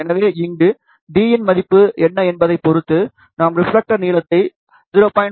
எனவே இங்கே d இன் மதிப்பு என்ன என்பதைப் பொறுத்து நாம் ரிப்ஃலெக்டர் நீளத்தை 0